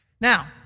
Now